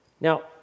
Now